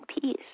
peace